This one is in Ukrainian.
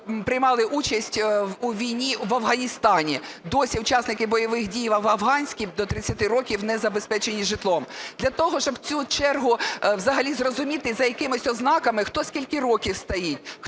приймали участь у війні в Афганістані. Досі учасники бойових дій афганській до 30 років не забезпечені житлом. Для того, щоб цю чергу взагалі зрозуміти за якимись ознаками, хто скільки років стоїть,